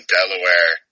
Delaware